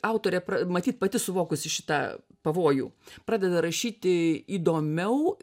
autorė matyt pati suvokusi šitą pavojų pradeda rašyti įdomiau